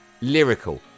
Lyrical